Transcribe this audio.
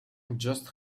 just